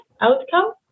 outcome